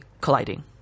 colliding